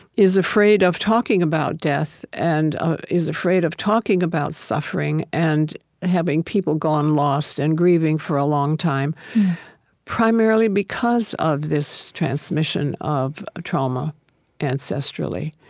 is afraid of talking about death and ah is afraid of talking about suffering and having people gone lost and grieving for a long time primarily because of this transmission of trauma ancestrally.